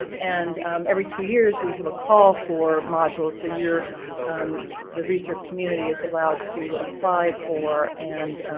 and every two years we have a call for modules, so you're the research community is allowed to apply for and